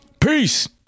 Peace